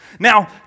Now